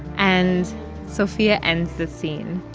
and sophia ends the scene